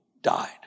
died